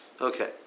Okay